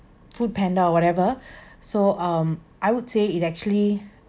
foodpanda or whatever so um I would say it actually